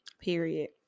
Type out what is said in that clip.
Period